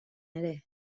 ere